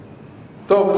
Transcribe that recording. טוב,